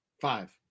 Five